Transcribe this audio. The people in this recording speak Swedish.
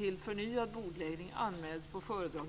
Vi ligger ganska nära.